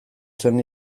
zen